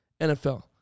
NFL